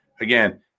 again